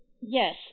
Yes